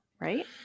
Right